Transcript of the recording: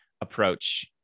approach